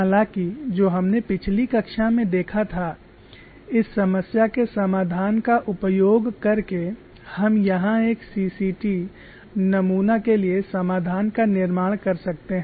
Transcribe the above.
हालाँकि जो हमने पिछली कक्षा में देखा था इस समस्या के समाधान का उपयोग कर के हम यहां एक सीसीटीCCT - centre cracked tension नमूना के लिए समाधान का निर्माण कर सकते हैं